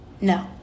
No